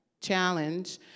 challenge